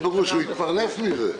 מה פירוש, הוא התפרנס מזה.